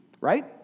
right